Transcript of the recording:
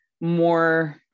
more